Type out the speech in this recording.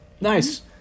Nice